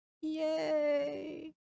Yay